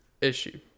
issue